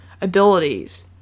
abilities